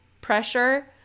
pressure